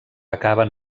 acaben